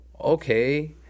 Okay